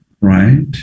right